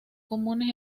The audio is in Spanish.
comunes